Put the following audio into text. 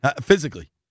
physically